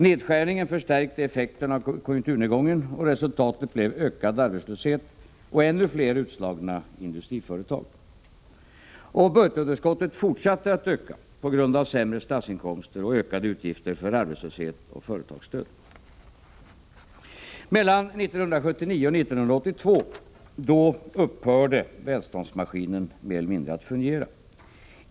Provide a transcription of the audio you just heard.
Nedskärningen förstärkte effekten av konjunkturnedgången, och resultatet blev ökad arbetslöshet och ännu fler utslagna industriföretag. Budgetunderskottet fortsatte att öka på grund av sämre statsinkomster och ökade utgifter för arbetslöshetsoch företagsstöd. Mellan 1979 och 1982 upphörde välståndsmaskinen mer eller mindre att fungera.